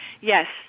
yes